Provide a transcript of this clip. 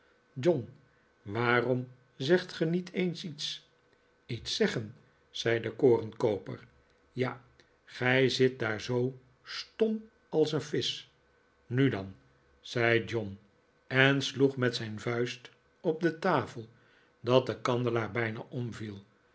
john waarom zegt ge niet eens iets iets zeggen zei de korenkooper ja gij zit daar zoo stom als een visch nu dan zei john en sloeg met zijn vuist op de tafel dat de kandelaar bijna omviel